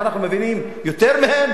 מה אנחנו מבינים יותר מהם?